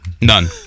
None